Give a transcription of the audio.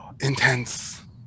intense